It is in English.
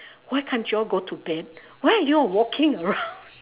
why can't you all go to bed why are you all walking around